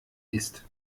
ist